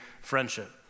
friendship